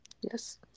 Yes